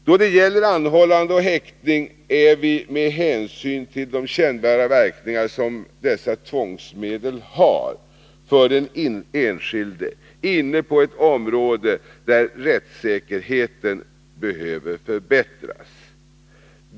Då det gäller anhållande och häktning är vi med hänsyn till de kännbara verkningar som dessa tvångsmedel har för den enskilde inne på ett område där rättssäkerheten behöver förbättras.